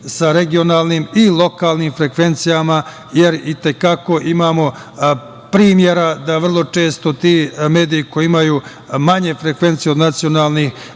sa regionalnim i lokalnim frekvencijama, jer i te kako imamo primera da vrlo često ti mediji koji imaju manje frekvencije od nacionalnih